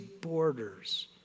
borders